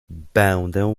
będę